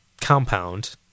compound